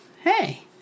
hey